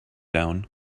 down